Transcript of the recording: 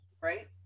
right